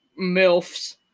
MILFs